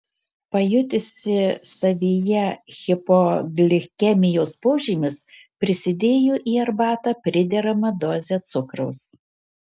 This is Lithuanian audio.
pajutusi savyje hipoglikemijos požymius prisidėjo į arbatą prideramą dozę cukraus